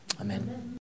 Amen